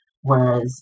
Whereas